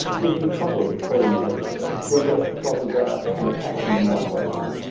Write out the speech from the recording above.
using a problem-orientated approach. work out what the problems are and attacking them one by one.